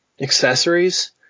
accessories